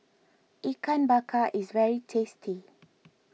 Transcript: Ikan Bakar is very tasty